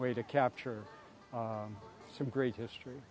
way to capture some great history